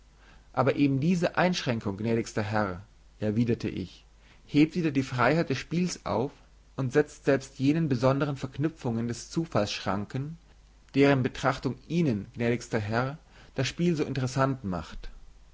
aber eben diese einschränkung gnädigster herr erwiderte ich hebt wieder die freiheit des spiels auf und setzt selbst jenen besonderen verknüpfungen des zufalls schranken deren betrachtung ihnen gnädigster herr das spiel so interessant macht